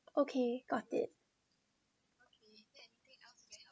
okay got it